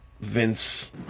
Vince